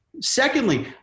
Secondly